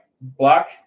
black